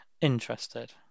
interested